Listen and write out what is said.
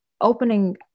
opening